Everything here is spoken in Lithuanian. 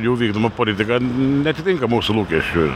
jų vykdoma politika neatitinka mūsų lūkesčių